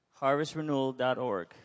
Harvestrenewal.org